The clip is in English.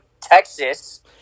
Texas